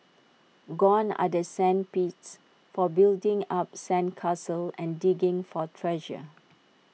gone are the sand pits for building up sand castles and digging for treasure